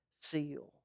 seal